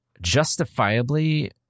justifiably